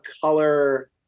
color